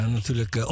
natuurlijk